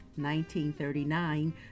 1939